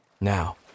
Now